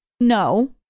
no